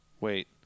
Wait